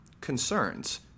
concerns